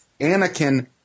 Anakin